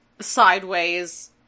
Sideways